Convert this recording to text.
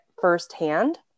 firsthand